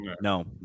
No